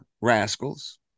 Rascals